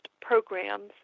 programs